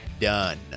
done